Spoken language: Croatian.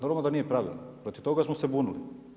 Normalno da nije pravilno, protiv toga smo se bunili.